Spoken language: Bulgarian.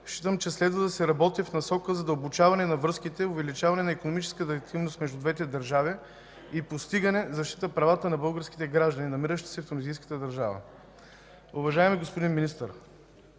считам, че следва да се работи в насока на задълбочаване, увеличаване на икономическата ефективност между двете държави и постигане защита правата на българските граждани, намиращи се в тунизийската държава. Уважаеми господин Министър,